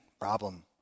problem